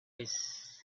this